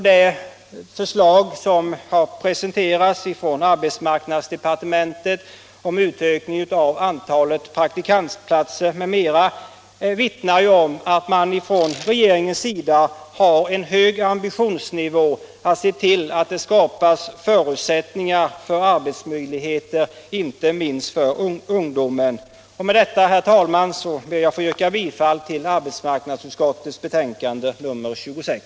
De förslag som presenterats ifrån arbetsmarknadsdepartementet om utökning av antalet praktikantplatser m.m. vittnar ju om att man från regeringens sida har en hög ambitionsnivå i fråga om att skapa arbetsmöjligheter inte minst åt ungdomen.